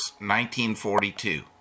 1942